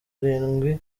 arindwi